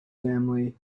family